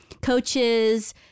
Coaches